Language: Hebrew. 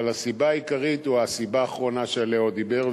אבל הסיבה העיקרית היא הסיבה האחרונה שעליה הוא דיבר,